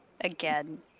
again